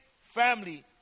family